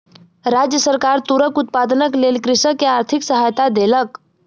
राज्य सरकार तूरक उत्पादनक लेल कृषक के आर्थिक सहायता देलक